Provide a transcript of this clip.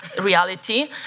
reality